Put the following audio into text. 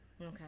Okay